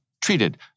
treated